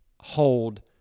hold